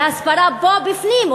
בהסברה פה, בפנים?